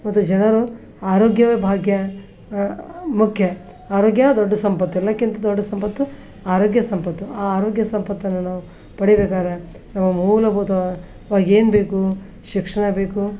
ಮತ್ತು ಜನರು ಆರೋಗ್ಯವೇ ಭಾಗ್ಯ ಮುಖ್ಯ ಆರೋಗ್ಯನೇ ದೊಡ್ಡ ಸಂಪತ್ತು ಎಲ್ಲಕ್ಕಿಂತ ದೊಡ್ಡ ಸಂಪತ್ತು ಆರೋಗ್ಯ ಸಂಪತ್ತು ಆ ಆರೋಗ್ಯ ಸಂಪತ್ತನ್ನು ನಾವು ಪಡಿಬೇಕಾರೆ ನಮ್ಮ ಮೂಲಭೂತ ಇವಾಗ ಏನು ಬೇಕು ಶಿಕ್ಷಣ ಬೇಕು